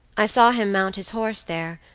i saw him mount his horse there,